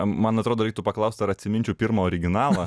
man atrodo reiktų paklaust ar atsiminčiau pirmą originalą